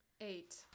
eight